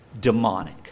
Demonic